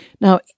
Now